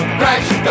crash